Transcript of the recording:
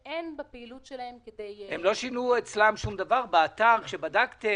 שאין בפעילות שלהן כדי --- הן לא שינו אצלן שום דבר באתר כשבדקתם?